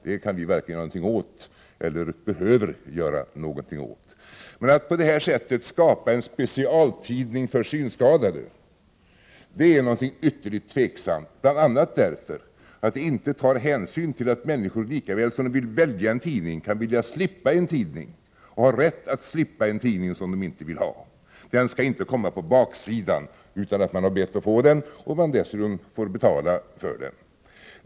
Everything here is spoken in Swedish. Det varken kan eller behöver vi göra någonting åt. Men att på det här sättet skapa en specialtidning för synskadade är någonting ytterligt tvivelaktigt, bl.a. därför att det inte tar hänsyn till att människor lika väl som de vill välja en tidning kan vilja slippa en tidning och har rätt att slippa en tidning som de inte vill ha. Den skall inte komma på baksidan utan att man har bett att få den, om man dessutom får betala för den.